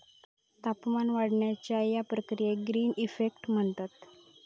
तापमान वाढण्याच्या या प्रक्रियेक ग्रीन इफेक्ट म्हणतत